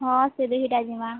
ହଁ ସେ ଦୁହିଟା ଯିମା